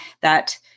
that-